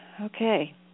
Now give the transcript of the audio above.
okay